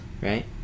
right